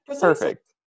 perfect